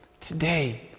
today